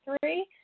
three